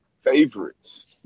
favorites